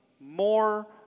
more